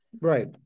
right